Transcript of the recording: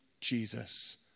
Jesus